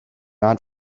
not